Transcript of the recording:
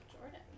Jordan